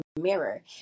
mirror